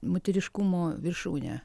moteriškumo viršūnė